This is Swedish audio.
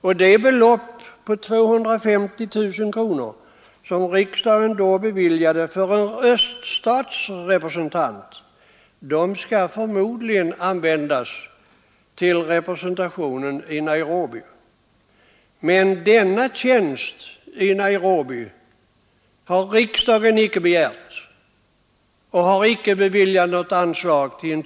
Och det belopp på 250 000 kronor som riksdagen beviljade för en öststatsrepresentant skall förmodligen användas till representationen i Nairobi. Men riksdagen har inte begärt någon tjänst i Nairobi och inte heller beviljat något anslag till den.